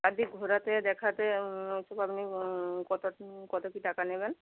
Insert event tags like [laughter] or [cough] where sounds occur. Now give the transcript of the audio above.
চারদিক ঘোরাতে দেখাতে [unintelligible] কত কত কি টাকা নেবেন